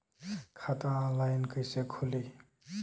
खाता ऑनलाइन कइसे खुली?